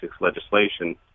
legislation